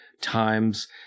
times